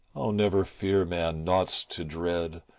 oh never fear, man, nought's to dread,